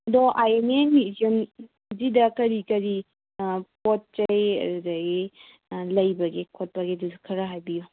ꯑꯗꯣ I N A ꯃ꯭ꯌꯨꯖꯤꯌꯝꯖꯤꯗ ꯀꯔꯤ ꯀꯔꯤ ꯄꯣꯠꯆꯩ ꯑꯗꯨꯗꯒꯤ ꯂꯩꯕꯒꯤ ꯈꯣꯠꯄꯒꯤꯗꯨꯁꯨ ꯈꯔ ꯍꯥꯏꯕꯤꯌꯨ